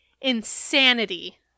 insanity